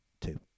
Two